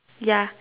ya